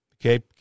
Okay